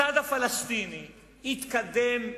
הצד הפלסטיני התקדם,